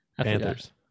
Panthers